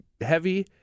heavy